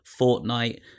fortnite